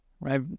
right